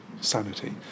sanity